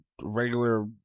regular